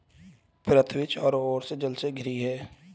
पृथ्वी चारों ओर से जल से घिरी है